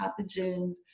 pathogens